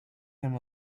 him